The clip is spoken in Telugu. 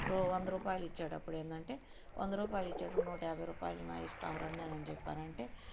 రూ వంద రూపాయలు ఇచ్చేటప్పుడు ఏంటంటే వంద రూపాయలు ఇచ్చేటప్పుడు నూట యాభై రూపాయలన్నా ఇస్తాం రండి అనని చెప్పి అనంటే